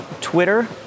Twitter